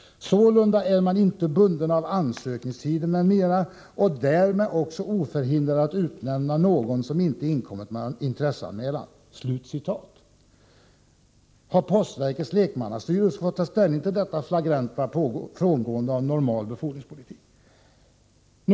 Sålunda är man inte bunden av ansökningstider m.m. och därmed också oförhindrad att utnämna någon som inte inkommit med intresseanmälan.” Har postverkets lekmannastyrelse fått ta ställning till detta flagranta frångående av normal befordringspolitik?